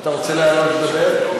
אתה רוצה לעלות לדבר?